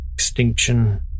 Extinction